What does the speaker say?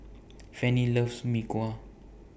Fanny loves Mee Kuah